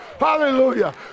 Hallelujah